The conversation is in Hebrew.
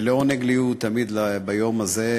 לעונג לי הוא תמיד ביום הזה,